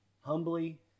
humbly